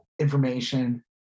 information